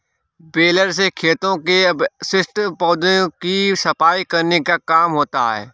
baler से खेतों के अवशिष्ट पौधों की सफाई करने का काम होता है